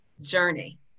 journey